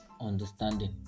understanding